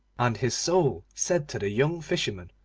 and his soul said to the young fisherman,